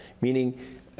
meaning